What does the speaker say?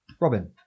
Robin